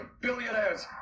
billionaires